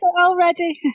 Already